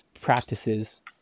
practices